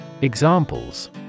Examples